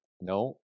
no